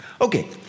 Okay